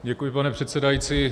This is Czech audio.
Děkuji, pane předsedající.